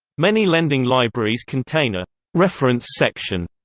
many lending libraries contain a reference section,